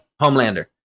Homelander